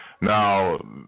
now